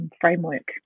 framework